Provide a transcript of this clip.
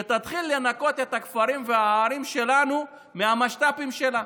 שתתחיל לנקות את הכפרים והערים שלנו מהמשת"פים שלה.